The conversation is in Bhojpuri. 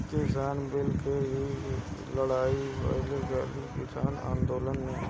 किसान बिल के ही तअ लड़ाई बा ई घरी किसान आन्दोलन में